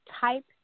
type